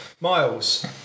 Miles